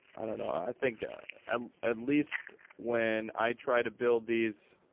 i don't know. i think um at least when i try to build these,